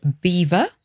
beaver